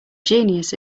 genius